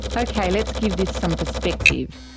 okay, let's give this some perspective.